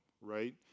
right